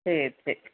சரி சரி